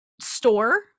store